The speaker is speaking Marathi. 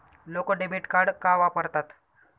लोक डेबिट कार्ड का वापरतात?